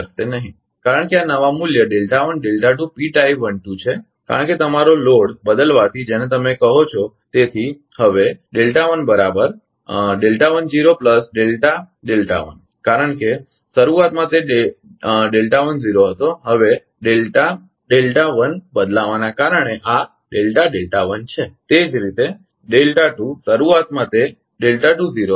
કારણ કે આ નવા મૂલ્ય છે કારણકે તમારા લોડ બદલાવાથી જેને તમે કહો છો તેથી હવે શરૂઆતમાં તે હતો હવેબદલાવાના કારણે આ છે તે જ રીતે શરૂઆતમાં તે હતો